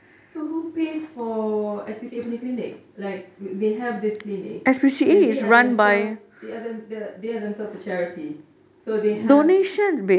so who pays for S_P_C_A punya clinic like they have this clinic and they are themselves they are themselves a charity so they have